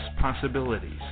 possibilities